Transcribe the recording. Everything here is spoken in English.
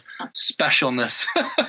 specialness